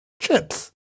chips